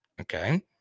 Okay